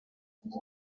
never